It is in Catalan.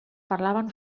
parlaven